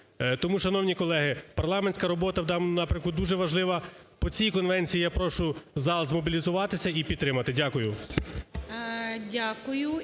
Тому, шановні колеги, парламентська робота в даному напрямку дуже важлива. По цій конвенції я прошу зал змобілізуватися і підтримати. Дякую.